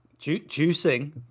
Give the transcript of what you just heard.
Juicing